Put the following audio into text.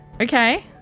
Okay